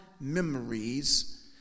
memories